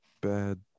bad